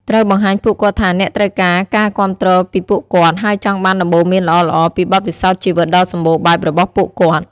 ត្រូវបង្ហាញពួកគាត់ថាអ្នកត្រូវការការគាំទ្រពីពួកគាត់ ហើយចង់បានដំបូន្មានល្អៗពីបទពិសោធន៍ជីវិតដ៏សម្បូរបែបរបស់ពួកគាត់។